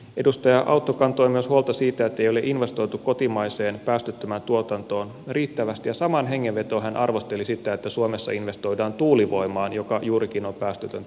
edustaja autto kantoi myös huolta siitä ettei ole investoitu kotimaiseen päästöttömään tuotantoon riittävästi ja samaan hengenvetoon hän arvosteli sitä että suomessa investoidaan tuulivoimaan joka juurikin on päästötöntä energiantuotantoa